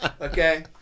okay